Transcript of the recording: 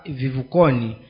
vivukoni